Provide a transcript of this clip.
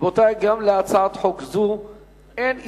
רבותי, גם להצעת חוק זו אין הסתייגויות.